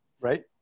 right